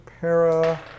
para